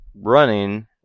running